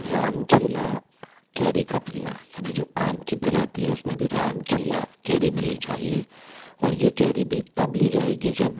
राम खेला कैरी का मिलना यानी जो आम की प्रजाति है उस में भी राम खेला कैरी मिलनी चाहिए और ये कैरी भी तब ली जाएगी जब